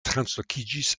translokiĝis